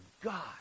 God